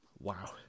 Wow